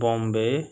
Bombay